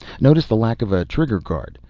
notice the lack of a trigger guard.